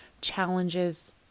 challenges